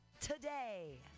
today